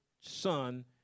son